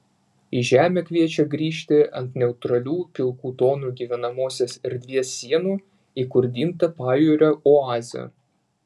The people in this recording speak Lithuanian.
į žemę kviečia grįžti ant neutralių pilkų tonų gyvenamosios erdvės sienų įkurdinta pajūrio oazė